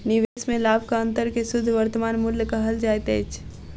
निवेश में लाभक अंतर के शुद्ध वर्तमान मूल्य कहल जाइत अछि